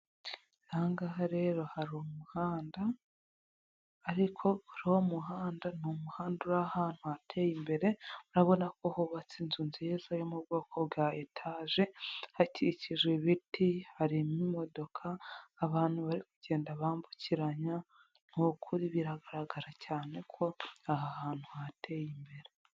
Aha ngaha rero hari umuhanda ariko muri uwo muhanda n'umuhanda uri ahantu hateye imbere, urabona ko hubatse inzu nziza yo mu bwoko bwa etaje, hakikijwe ibiti, harimo imodoka abantu bari kugenda bambukiranya, ni ukuri biragaragara cyane ko aha hantu hateye imbere.